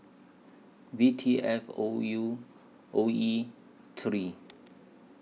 V T F O U O E three